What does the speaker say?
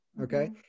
Okay